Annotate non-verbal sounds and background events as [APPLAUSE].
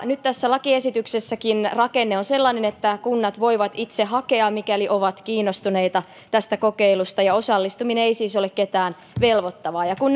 nyt tässä lakiesityksessäkin rakenne on sellainen että kunnat voivat itse hakea mikäli ovat kiinnostuneita tästä kokeilusta ja osallistuminen ei siis ole ketään velvoittavaa kun [UNINTELLIGIBLE]